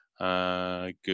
good